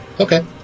okay